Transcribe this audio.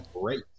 Great